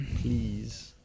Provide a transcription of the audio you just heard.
please